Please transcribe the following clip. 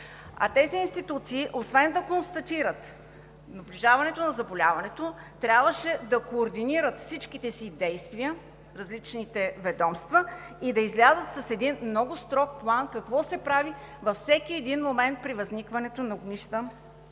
ведомства, освен да констатират наближаването на заболяването, трябваше да координират всичките си действия и да излязат с един много строг план какво се прави във всеки един момент при възникване на огнища